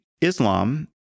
Islam